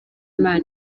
imana